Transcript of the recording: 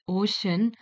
ocean